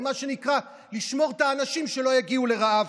זה מה שנקרא לשמור את האנשים שלא יגיעו לרעב,